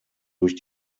durch